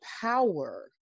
power